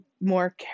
more